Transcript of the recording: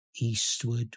eastward